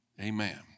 Amen